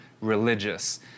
religious